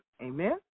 Amen